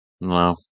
No